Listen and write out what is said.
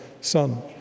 Son